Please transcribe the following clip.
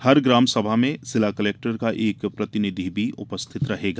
प्रत्येक ग्राम सभा में जिला कलेक्टर का एक प्रतिनिधि भी उपस्थित रहेगा